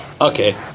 okay